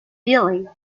billy